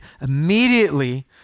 immediately